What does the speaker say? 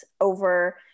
over